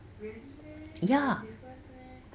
really meh got difference meh